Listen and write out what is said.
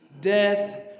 death